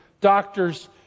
doctors